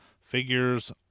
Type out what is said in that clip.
figures